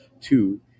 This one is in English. two